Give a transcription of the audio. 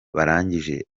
barangije